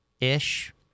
Ish